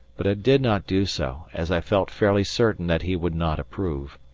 but i did not do so as i felt fairly certain that he would not approve,